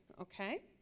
okay